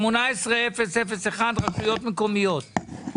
פנייה 18001 רשויות מקומיות.